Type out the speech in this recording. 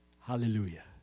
Hallelujah